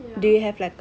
ya